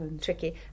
tricky